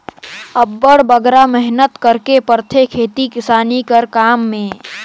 अब्बड़ बगरा मेहनत करेक परथे खेती किसानी कर काम में